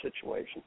situation